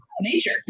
nature